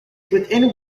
within